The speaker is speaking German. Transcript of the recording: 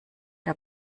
der